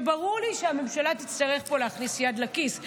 ברור לי שהממשלה תצטרך להכניס יד לכיס,